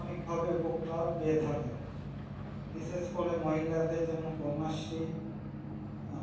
অনেকভাবে উপকার পেয়ে থাকেন বিশেষ করে মহিলাদের জন্য কন্যাশ্রী